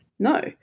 No